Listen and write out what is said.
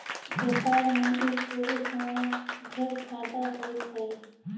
व्यापार में ई तुरी हमरा ढेर फयदा होइत हई